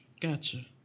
Gotcha